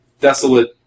Desolate